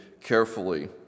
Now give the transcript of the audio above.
carefully